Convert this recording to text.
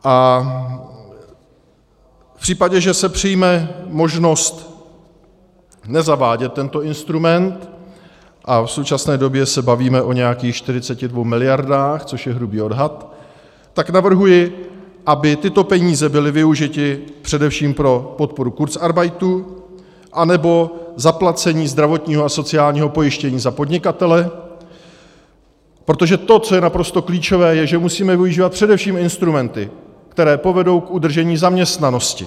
A v případě, že se přijme možnost nezavádět tento instrument a v současné době se bavíme o nějakých 42 miliardách, což je hrubý odhad tak navrhuji, aby tyto peníze byly využity především pro podporu kurzarbeitu anebo zaplacení zdravotního a sociálního pojištění za podnikatele, protože to, co je naprosto klíčové, je, že musíme využívat především instrumenty, které povedou k udržení zaměstnanosti.